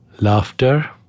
laughter